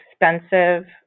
expensive